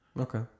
okay